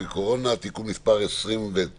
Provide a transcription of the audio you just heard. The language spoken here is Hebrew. עם נגיף הקורונה החדש (תיקון מס' 29),